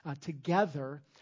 together